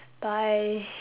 by